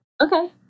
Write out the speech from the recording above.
Okay